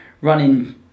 running